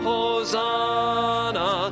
Hosanna